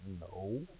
No